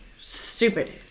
Stupid